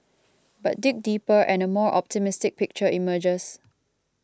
but dig deeper and a more optimistic picture emerges